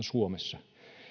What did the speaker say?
suomessa